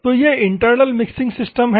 तो ये internal mixing system हैं